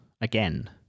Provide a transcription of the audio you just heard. again